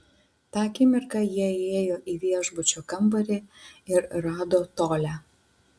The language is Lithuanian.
tą akimirką jie įėjo į viešbučio kambarį ir rado tolią